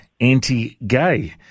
Anti-Gay